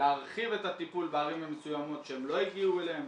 להרחיב את הטיפול בערים המסוימות שהם לא הגיעו אליהם,